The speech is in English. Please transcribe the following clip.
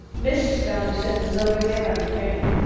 mrs. felderson was over there on the bank.